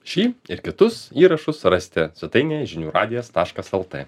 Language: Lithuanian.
šį ir kitus įrašus rasite svetainėj žinių radijas taškas el t